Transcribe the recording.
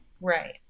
Right